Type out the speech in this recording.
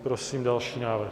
Prosím další návrh.